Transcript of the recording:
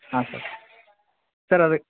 ಹಾಂ sir sir ಅದಕ್ಕೆ